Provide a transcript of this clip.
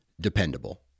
dependable